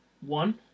one